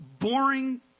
boring